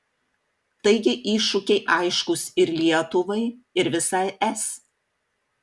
taigi iššūkiai aiškūs ir lietuvai ir visai es